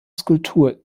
skulptur